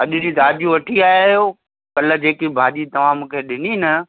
अॼु जी ताज़ियूं वठी आया आहियो कल्ह जेकी भाॼी तव्हां मूंखे ॾिनी न